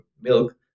milk